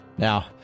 Now